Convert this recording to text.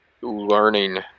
learning